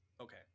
Okay